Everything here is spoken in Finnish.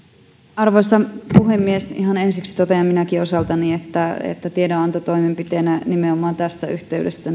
arvoisa puhemies ihan ensiksi totean minäkin osaltani että että tiedonanto toimenpiteenä nimenomaan tässä yhteydessä